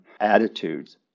attitudes